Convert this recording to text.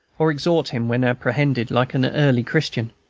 or exhort him, when apprehended, like an early christian.